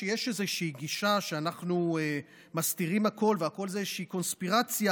כשיש איזושהי גישה שאנחנו מסתירים הכול והכול זה איזושהי קונספירציה,